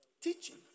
Teaching